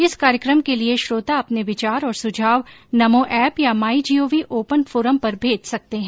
इस कार्यक्रम के लिये श्रोता अपने विचार और सुझाव नमो ऐप या माई जीओवी ओपन फोरम पर भेज सकते हैं